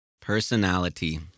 Personality